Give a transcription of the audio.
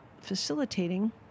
facilitating